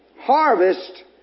Harvest